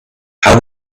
how